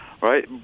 right